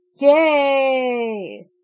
Yay